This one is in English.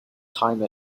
time